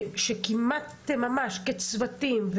כימתתם ממש כצוותים,